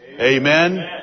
Amen